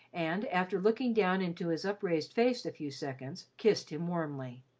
and after looking down into his upraised face a few seconds, kissed him warmly.